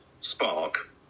spark